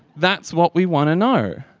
that's what we want to know.